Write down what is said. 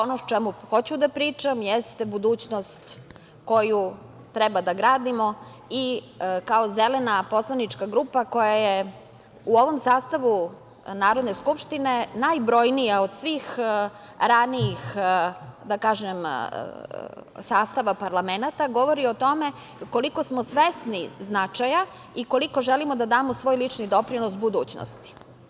Ono o čemu hoću da pričam jeste budućnost koju treba da gradimo i kao Zelena poslanička grupa, koja je u ovom sastavu Narodne skupštine najbrojnija od svih ranijih, da kažem, sastava parlamenata, govori o tome koliko smo svesni značaja i koliko želimo da damo svoj lični doprinos budućnosti.